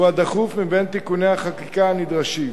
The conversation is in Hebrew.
הוא הדחוף מבין תיקוני החקיקה הנדרשים.